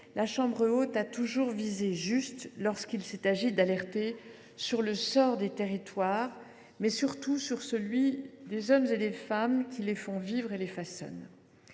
la Chambre haute a toujours visé juste lorsqu’il s’agissait d’alerter sur le sort des territoires et, surtout, sur celui des femmes et des hommes qui les font vivre et les façonnent.